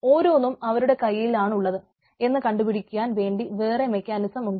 ഓരോന്നും ആരുടെ കൈയ്യിലാണുള്ളത് എന്ന് കണ്ടുപിടിക്കാൻ വേണ്ടി വേറെ മെക്കാനിസം ഉണ്ട്